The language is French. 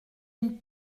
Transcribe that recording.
une